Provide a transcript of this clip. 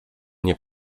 nie